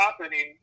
happening